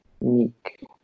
meek